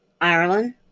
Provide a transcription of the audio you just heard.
Ireland